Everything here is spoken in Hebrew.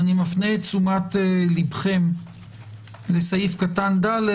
אני מפנה תשומת לבכם לסעיף קטן (ד).